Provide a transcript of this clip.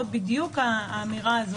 זאת בדיוק האמירה.